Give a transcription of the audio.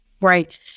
Right